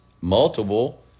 Multiple